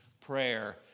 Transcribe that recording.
prayer